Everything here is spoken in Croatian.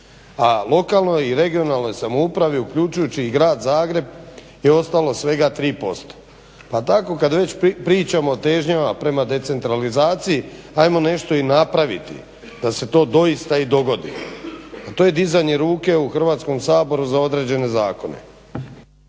lokalnoj i regionalnoj samoupravi uključujući i Grad Zagreb je ostalo svega 3%. Pa tako kad već pričamo o težnjama prema decentralizaciji, ajmo nešto i napraviti da se to doista i dogodi, a to je dizanje ruke u Hrvatskom saboru za određene zakone.